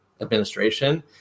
administration